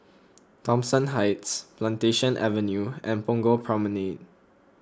Thomson Heights Plantation Avenue and Punggol Promenade